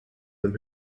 them